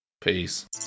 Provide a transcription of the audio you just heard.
Peace